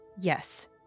yes